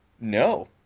no